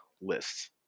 lists